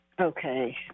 Okay